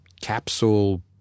capsule